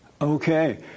Okay